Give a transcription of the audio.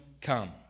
come